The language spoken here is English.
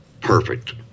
perfect